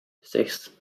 sechs